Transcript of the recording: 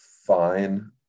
Fine